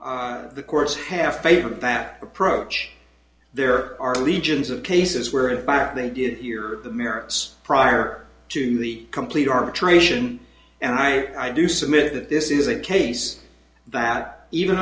the courts have favored that approach there are legions of cases where the fact they did hear the merits prior to the complete arbitration and i i do submit that this is a case that even